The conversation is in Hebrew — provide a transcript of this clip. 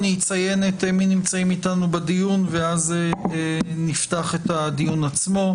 אני אציין מי נמצאים איתנו בדיון ואז נפתח את הדיון עצמו.